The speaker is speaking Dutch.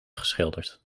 geschilderd